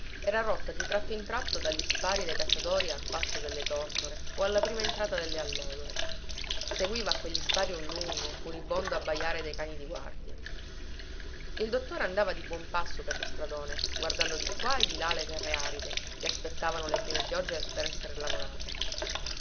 era rotta di tratto in tratto dagli spari dei cacciatori al passo delle tortore o alla prima entrata delle allodole seguiva a quegli spari un lungo furibondo abbajare dei cani di guardia il dottore andava di buon passo per lo stradone guardando di qua e di là le terre aride che aspettavano le prime piogge per esser lavorate